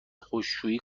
خشکشویی